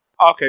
Okay